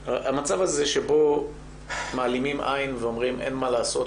אתנו המצב הזה שבו מעלימים עין ואומרים אין מה לעשות,